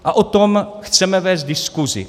O tom chceme vést diskuzi.